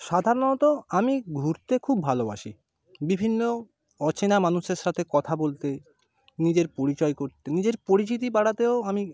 সাধারণত আমি ঘুরতে খুব ভালোবাসি বিভিন্ন অচেনা মানুষের সাথে কথা বলতে নিজের পরিচয় করতে নিজের পরিচিতি বাড়াতেও আমি